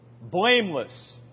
blameless